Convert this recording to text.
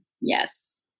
Yes